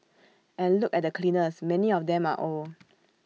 and look at the cleaners many of them are old